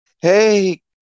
hey